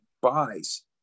buys